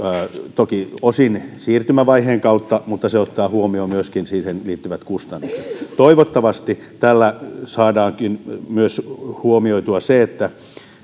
toki osin siirtymävaiheen kautta mutta se ottaa huomioon myöskin siihen liittyvät kustannukset toivottavasti tällä saadaankin huomioitua myös se että turvataan